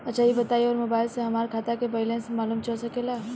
अच्छा ई बताईं और मोबाइल से हमार खाता के बइलेंस मालूम चल सकेला?